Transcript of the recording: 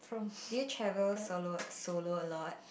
did you travel solo solo a lot